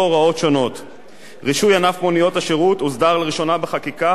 רישוי ענף מוניות השירות הוסדר לראשונה בחקיקה בשנת 2005,